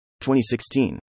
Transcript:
2016